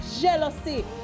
jealousy